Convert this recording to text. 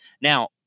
Now